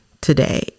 today